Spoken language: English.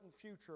future